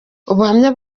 ubuhamya